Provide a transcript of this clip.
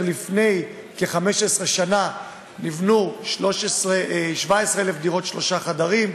לפני כ-15 נבנו 17,000 דירות של שלושה חדרים,